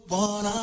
one